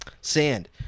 sand